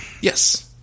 Yes